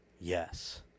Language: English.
Yes